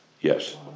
Yes